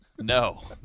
no